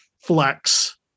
flex